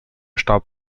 starb